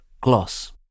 gloss